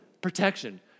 protection